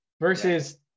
Versus